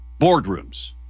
boardrooms